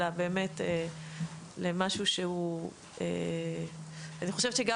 אלא משהו שהוא באמת --- ואני חושבת שגם